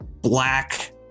black